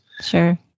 Sure